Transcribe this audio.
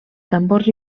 tambors